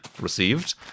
received